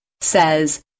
says